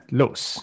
los